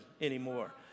anymore